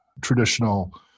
traditional